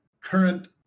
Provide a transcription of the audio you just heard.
current